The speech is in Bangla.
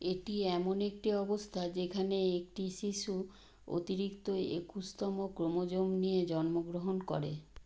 এটি এমন একটি অবস্থা যেখানে একটি শিশু অতিরিক্ত একুশতম ক্রোমোজোম নিয়ে জন্মগ্রহণ করে